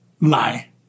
lie